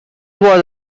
was